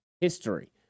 history